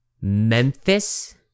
Memphis